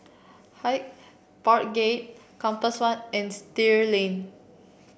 Hyde Park Gate Compass One and Still Lane